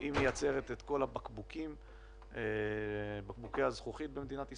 מייצרת את כל בקבוקי הזכוכית במדינת ישראל.